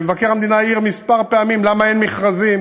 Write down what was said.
שמבקר המדינה העיר לגביו כמה פעמים למה אין מכרזים